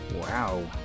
Wow